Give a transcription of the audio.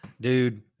dude